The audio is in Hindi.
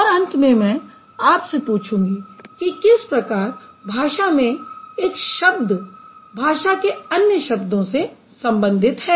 और अंत में मैं आपसे पूछूँगी कि किस प्रकार भाषा में एक शब्द भाषा के अन्य शब्दों से संबन्धित है